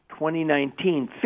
2019